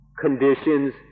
conditions